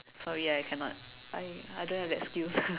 sorry I cannot I I don't have excuse